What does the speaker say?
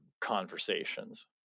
conversations